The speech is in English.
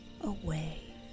away